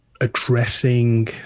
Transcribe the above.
addressing